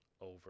over